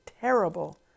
terrible